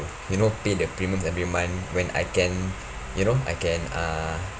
you know pay the premium every month when I can you know I can uh